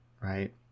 right